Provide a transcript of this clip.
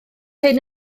hyn